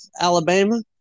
Alabama